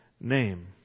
name